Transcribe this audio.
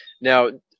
Now